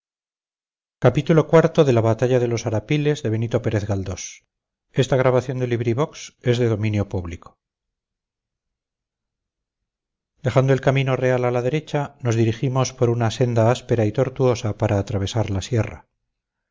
dejando el camino real a la derecha nos dirigimos por una senda áspera y tortuosa para atravesar la sierra